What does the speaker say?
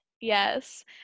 yes